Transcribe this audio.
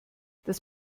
das